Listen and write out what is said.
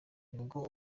nibwo